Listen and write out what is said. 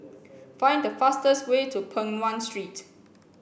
find the fastest way to Peng Nguan Street